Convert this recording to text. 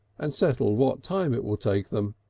and settled what time it will take them.